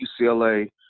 UCLA